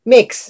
Mix